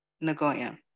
Nagoya